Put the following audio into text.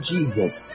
Jesus